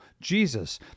Jesus